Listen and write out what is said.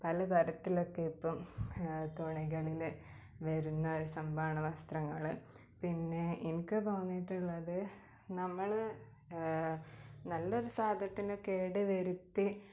പല തരത്തിലൊക്കെ ഇപ്പം തുണികളിൽ വരുന്ന ഒരു സംഭവങ്ങളാണ് വസ്ത്രങ്ങൾ പിന്നെ എനിക്ക് തോന്നീട്ടുള്ളത് നമ്മൾ നല്ലൊരു ഭാഗത്തിന് കേട് വരുത്തി